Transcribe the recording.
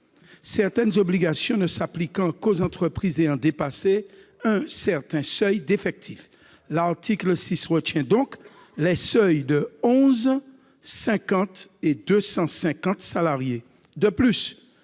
certaines obligations ne s'appliquant qu'aux entreprises ayant dépassé un certain seuil d'effectif. Il retient donc les seuils de 11, 50 et 250 salariés. De plus,